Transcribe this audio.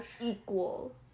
equal